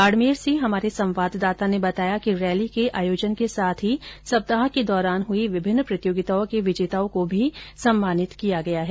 बाड़मेर से हमारे संवाददाता ने बताया कि रैली के आयोजन के साथ ही सप्ताह के दौरान हई विभिन्न प्रतियोगिताओं के विजेताओं को भी सम्मानित किया गया है